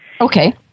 Okay